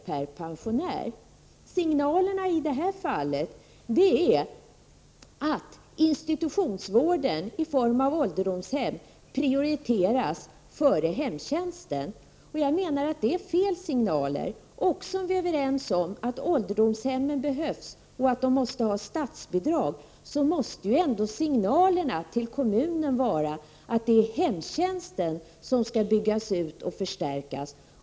per pensionär. Signalerna i det här fallet säger att institutionsvården i form av ålderdomshem skall prioriteras före hemtjänsten. Jag menar att det är felaktiga signaler. Även om vi är överens om att ålderdomshemmen behövs och att de måste ha statsbidrag, måste ändå signalerna till kommunerna vara att det är hemtjänsten som skall byggas ut och förstärkas.